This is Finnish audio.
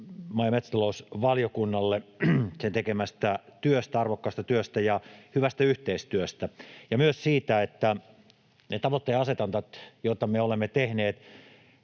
maa- ja metsätalousvaliokunnalle sen tekemästä työstä, arvokkaasta työstä ja hyvästä yhteistyöstä ja myös siitä, että ne tavoitteen asetannat, joita me olemme tehneet,